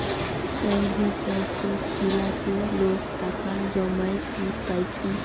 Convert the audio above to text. private ব্যাঙ্কত গিলাতে লোক টাকা জমাই সুদ পাইচুঙ